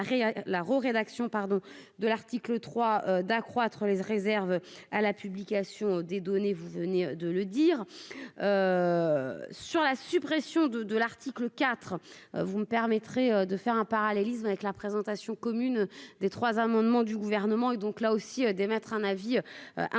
pardon de l'article 3 d'accroître les réserves à la publication des données, vous venez de le dire, sur la suppression de dollars. Article IV, vous me permettrez de faire un parallélisme avec la présentation commune des 3 amendements du gouvernement et donc là aussi d'émettre un avis.